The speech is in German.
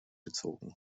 gezogen